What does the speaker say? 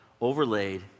overlaid